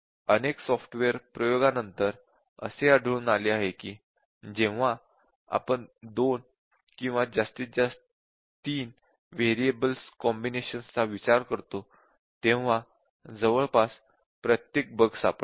अनेक सॉफ्टवेअर प्रयोगानंतर असे आढळून आले आहे की जेव्हा आपण 2 किंवा जास्तीत जास्त 3 व्हेरिएबल्स कॉम्बिनेशन्स चा विचार करतो तेव्हा जवळपास प्रत्येक बग सापडते